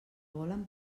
volen